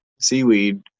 seaweed